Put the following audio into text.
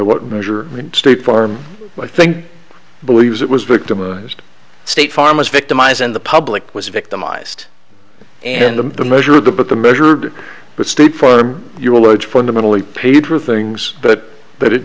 what measure the state farm i think believes it was victimized state farm was victimized and the public was victimized and the measure of the book the measured but state farm you allege fundamentally paid for things but but it